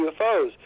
UFOs